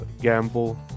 gamble